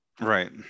right